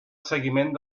seguiment